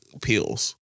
pills